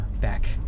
back